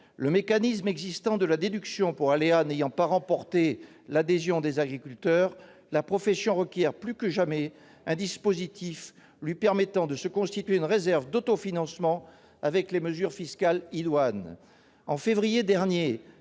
Le mécanisme existant de la déduction pour aléas n'ayant pas emporté l'adhésion des agriculteurs, la profession requiert plus que jamais un dispositif lui permettant de se constituer une réserve d'autofinancement avec les mesures fiscales idoines.